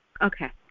Okay